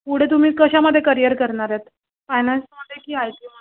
पुढे तुम्ही कशामध्ये करिअर करणार आहेत फायनान्समध्ये की आय टीमध्ये